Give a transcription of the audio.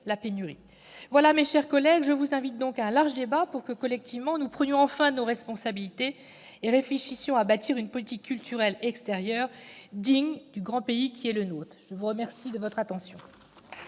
Mes chers collègues, je vous invite donc à un large débat pour que, collectivement, nous prenions enfin nos responsabilités et réfléchissions à bâtir une politique culturelle extérieure digne du grand pays qui est le nôtre. La parole est à M.